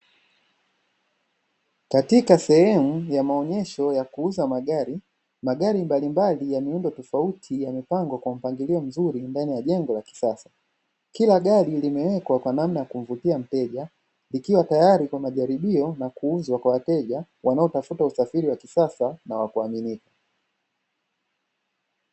Katika sehemu ya maonyesho ya kuuza magari, magari mbalimbali ya muundo tofauti, yamepangwa kwa mpangilio mzuri ndani ya jengo la kisasa. Kila gari limewekwa kwa namna ya kumvutia mteja, likiwa tayari kwa majaribio na kuuzwa kwa wateja, wanaotafuta usafiri wa kisasa na wa kuaminika.